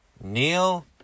Neil